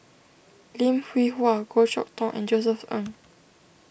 Lim Hwee Hua Goh Chok Tong and Josef Ng